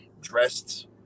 dressed